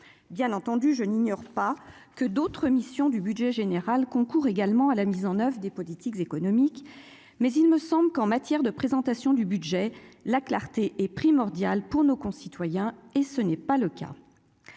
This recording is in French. bien entendu je n'ignore pas que d'autres missions du budget général concourent également à la mise en oeuvre des politiques économiques, mais il me semble qu'en matière de présentation du budget, la clarté est primordiale pour nos concitoyens et ce n'est pas le cas